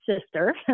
sister